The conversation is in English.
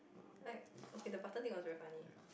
like okay the button thing was very funny